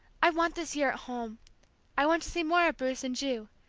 i want this year at home i want to see more of bruce and ju,